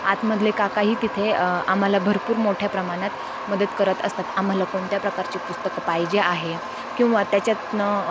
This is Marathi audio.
आतमधले काकाही तिथे आम्हाला भरपूर मोठ्या प्रमाणात मदत करत असतात आम्हाला कोणत्या प्रकारचे पुस्तकं पाहिजे आहे किंवा त्याच्यातून